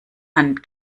hand